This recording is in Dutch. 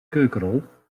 keukenrol